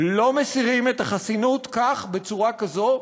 לא מסירים את החסינות כך בצורה כזאת,